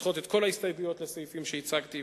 לדחות את כל ההסתייגויות לסעיפים שהצגתי,